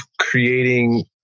creating